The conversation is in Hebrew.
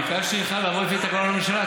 ביקשתי ממך לבוא איתי לתקנון הממשלה.